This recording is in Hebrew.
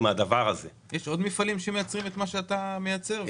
יש עוד מפעלים שמייצרים מה שאתה מייצר.